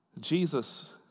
Jesus